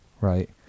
Right